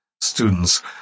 students